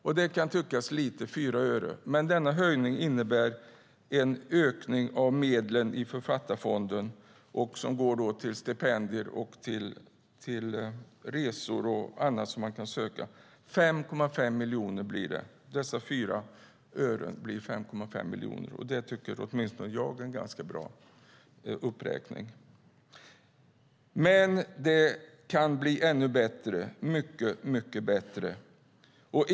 4 öre kan tyckas lite, men denna höjning innebär en ökning av medlen i Författarfonden som går till stipendier och resor. Dessa 4 öre blir 5,5 miljoner. Det tycker åtminstone jag är en bra uppräkning. Men det kan bli ännu bättre.